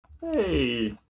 Hey